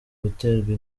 guterwa